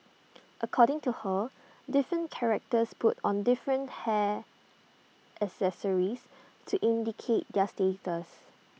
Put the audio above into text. according to her different characters put on different hair accessories to indicate their status